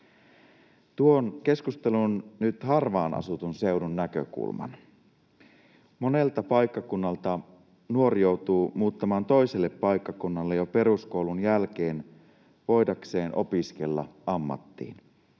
Tuon keskusteluun nyt harvaan asutun seudun näkökulman: Monelta paikkakunnalta nuori joutuu muuttamaan toiselle paikkakunnalle jo peruskoulun jälkeen voidakseen opiskella ammattiin.